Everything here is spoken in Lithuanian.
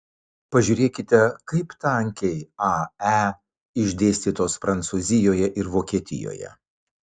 pažiūrėkite kaip tankiai ae išdėstytos prancūzijoje ir vokietijoje